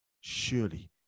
surely